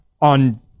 on